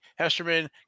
Hesterman